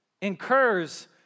incurs